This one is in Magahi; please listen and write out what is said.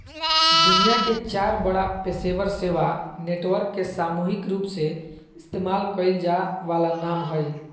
दुनिया के चार बड़ा पेशेवर सेवा नेटवर्क के सामूहिक रूपसे इस्तेमाल कइल जा वाला नाम हइ